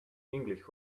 english